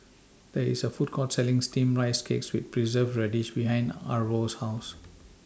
There IS A Food Court Selling Steamed Rice Cake with Preserved Radish behind Arvo's House